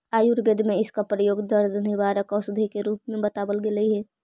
आयुर्वेद में इसका प्रयोग दर्द निवारक औषधि के रूप में बतावाल गेलई हे